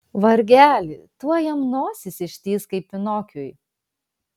vargeli tuoj jam nosis ištįs kaip pinokiui